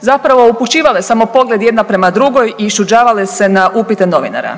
zapravo upućivale samo pogled jedna prema drugoj i iščuđavale se na upite novinara.